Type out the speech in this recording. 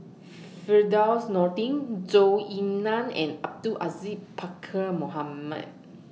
Firdaus Nordin Zhou Ying NAN and Abdul Aziz Pakkeer Mohamed